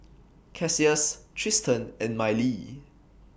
Cassius Tristen and Mylie